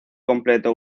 completo